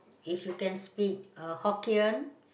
if you can speak uh Hokkien